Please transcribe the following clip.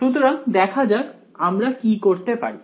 সুতরাং দেখা যাক আমরা কি করতে পারি